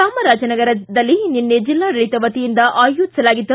ಚಾಮರಾಜನಗರ ನಗರದಲ್ಲಿ ನಿನ್ನೆ ಜಿಲ್ಲಾಡಳಿತದ ವತಿಯಿಂದ ಆಯೋಜಿಸಲಾಗಿದ್ದ